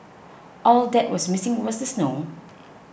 all that was missing was the snow